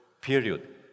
period